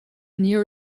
near